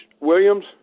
Williams